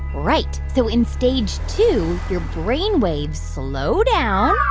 right. so in stage two, your brain waves slow down,